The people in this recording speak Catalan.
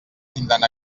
tindran